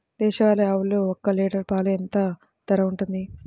దేశవాలి ఆవులు ఒక్క లీటర్ పాలు ఎంత ధర ఉంటుంది?